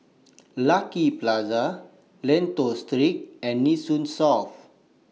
Lucky Plaza Lentor Street and Nee Soon South